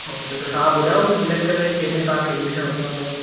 office तव्हां ॿुधायो की सलैक्ट करे कंहिंमें तव्हांखे एडमिशन वठिणो अथव